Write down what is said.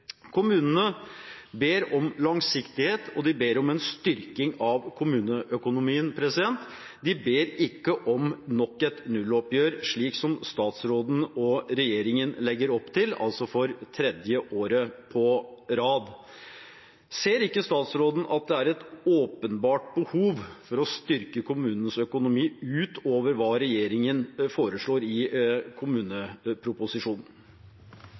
Kommunene ber om langsiktighet, og de ber om en styrking av kommuneøkonomien. De ber ikke om nok et nulloppgjør, slik statsråden og regjeringen legger opp til – altså for tredje året på rad. Ser ikke statsråden at det er et åpenbart behov for å styrke kommunenes økonomi utover hva regjeringen foreslår i kommuneproposisjonen?